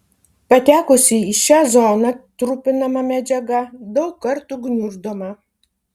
patekusi į šią zoną trupinama medžiaga daug kartų gniuždoma